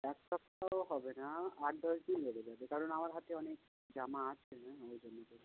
এক সপ্তাহ হবে না আট দশ দিন লেগে যাবে কারণ আমার হাতে অনেক জামা আছে হ্যাঁ ওই জন্য বলছি